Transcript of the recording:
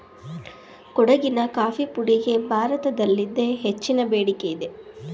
ಕೊಡಗಿನ ಕಾಫಿ ಪುಡಿಗೆ ಭಾರತದಲ್ಲಿದೆ ಹೆಚ್ಚಿನ ಬೇಡಿಕೆಯಿದೆ